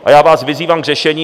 A já vás vyzývám k řešení.